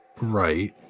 Right